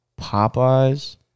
Popeye's